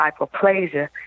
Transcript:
hypoplasia